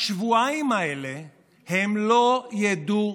בשבועיים האלה הם לא ידעו,